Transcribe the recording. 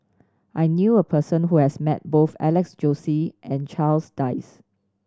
I knew a person who has met both Alex Josey and Charles Dyce